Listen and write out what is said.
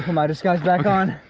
my disguise back on.